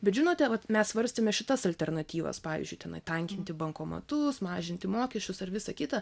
bet žinote vat mes svarstėme šitas alternatyvas pavyzdžiui tenai tankinti bankomatus mažinti mokesčius ar visa kita